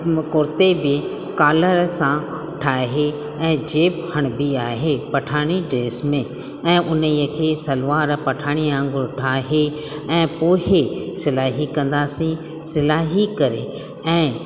कुर्ते में कॉलर सां ठाहे ऐं जेब हणिबी आहे पठाणी ड्रेस में ऐं उन ई खे सलवार पठाणीअ वांगुरु ठाहे ऐं पोइ सिलाई कंदासीं सिलाई करे ऐं